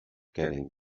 getting